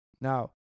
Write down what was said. now